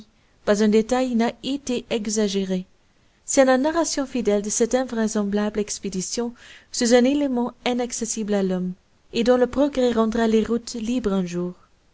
pas un détail n'a été exagéré c'est la narration fidèle de cette invraisemblable expédition sous un élément inaccessible à l'homme et dont le progrès rendra les routes libres un jour